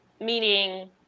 meaning